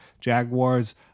Jaguars